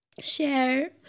share